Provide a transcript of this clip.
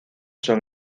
son